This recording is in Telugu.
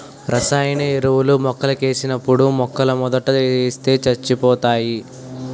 రసాయన ఎరువులు మొక్కలకేసినప్పుడు మొక్కలమోదంట ఏస్తే సచ్చిపోతాయి